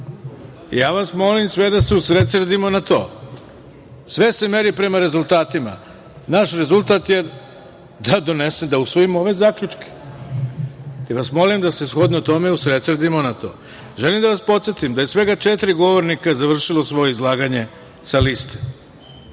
vas sve da se usredsredimo na to. Sve se meri prema rezultatima. Naš rezultat je da usvojimo ove zaključke. Molim vas da se shodno tome usredsredimo na to. Želim da vas podsetim da je svega četiri govornika završilo svoje izlaganje sa liste,